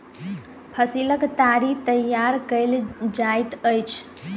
फसीलक ताड़ी तैयार कएल जाइत अछि